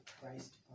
Christ